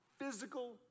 physical